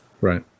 Right